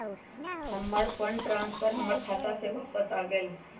हमर fund transfer हमर खाता में वापस आ गेल